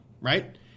Right